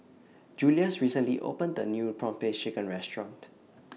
Julious recently opened The New Prawn Paste Chicken Restaurant